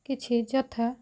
କିଛି ଯଥା